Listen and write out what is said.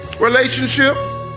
relationship